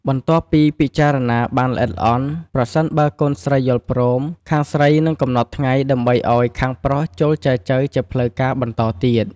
បន្ទាប់ពីពិចារណាបានល្អិតល្អន់ ប្រសិនបើកូនស្រីយល់ព្រម ខាងស្រីនឹងកំណត់ថ្ងៃដើម្បីឲ្យខាងប្រុសចូលចែចូវជាផ្លូវការបន្តទៀត។